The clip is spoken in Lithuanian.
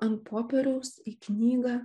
ant popieriaus į knygą